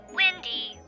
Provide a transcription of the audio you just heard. windy